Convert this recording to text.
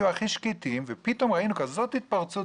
הכי שקטים ופתאום ראינו כזאת התפרצות.